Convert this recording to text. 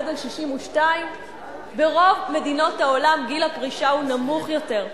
62. ברוב מדינות העולם גיל הפרישה הוא נמוך יותר,